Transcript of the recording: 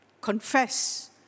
confess